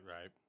right